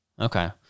okay